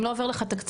אם לא עובר לך תקציב,